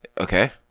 okay